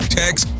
text